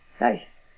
Nice